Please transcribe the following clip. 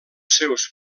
seus